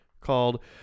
called